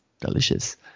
delicious